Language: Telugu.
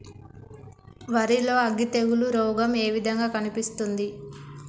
వరి లో అగ్గి తెగులు రోగం ఏ విధంగా కనిపిస్తుంది?